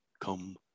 come